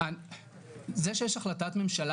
זה שיש החלטת ממשלה,